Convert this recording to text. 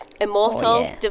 Immortal